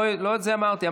לא את זה אמרתי.